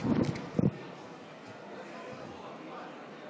שהיא גם מסוכנת מבחינה